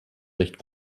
recht